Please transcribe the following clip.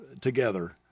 together